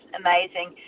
amazing